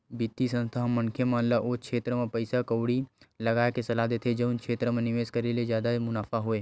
बित्तीय संस्था ह मनखे मन ल ओ छेत्र म पइसा कउड़ी लगाय के सलाह देथे जउन क्षेत्र म निवेस करे ले जादा मुनाफा होवय